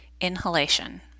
Inhalation